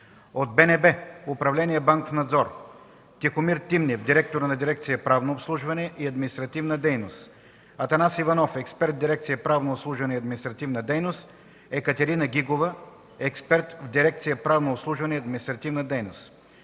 от БНБ – Управление „Банков надзор”: Тихомир Тимнев – директор на дирекция „Правно обслужване и административна дейност”, Атанас Иванов – експерт в дирекция „Правно обслужване и административна дейност”, Екатерина Гигова – експерт в дирекция „Правно обслужване и административна дейност”;